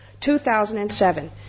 2007